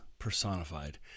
Personified